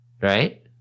right